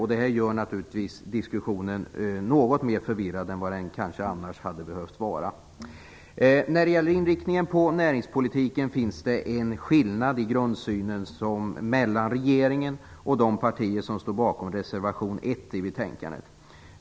Detta gör naturligtvis att diskussionen blir något mera förvirrad än den kanske annars hade behövt vara. När det gäller inriktningen på näringspolitiken finns det en skillnad i grundsynen mellan regeringen och de partier som står bakom reservation 1 i betänkandet.